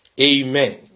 Amen